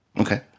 Okay